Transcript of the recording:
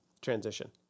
transition